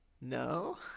No